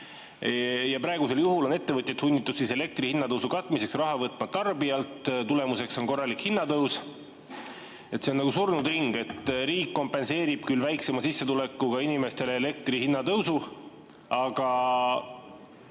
Praegusel juhul on ettevõtted sunnitud elektri hinna tõusu katmiseks raha võtma tarbijalt, tulemuseks on korralik hinnatõus. See on surnud ring, et riik kompenseerib küll väiksema sissetulekuga inimestele elektri hinna tõusu, aga